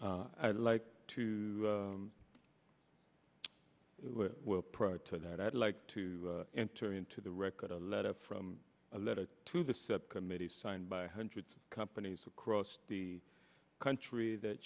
i like to well prior to that i'd like to enter into the record a letter from a letter to the subcommittee signed by hundreds of companies across the country that